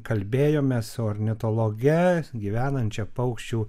kalbėjome su ornitologe gyvenančia paukščių